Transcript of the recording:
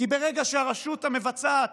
כי ברגע שהרשות המבצעת